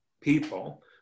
people